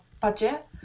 budget